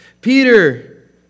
Peter